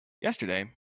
yesterday